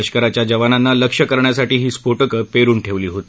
लष्कराच्या जवानांना लक्ष्य करण्यासाठी ही स्फोटकं पक्ति ठद्दक्षी होती